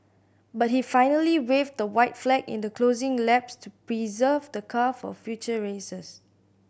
but he finally waved the white flag in the closing laps to preserve the car for future races